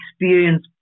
experience